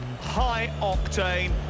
high-octane